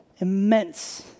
immense